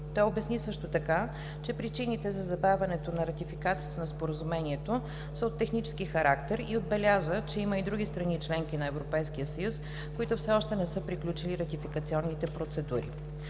Той обясни също така, че причините за забавянето на ратификацията на Споразумението са от технически характер и отбеляза, че има и други страни-членки на Европейския съюз, които все още не са приключили ратификационните процедури.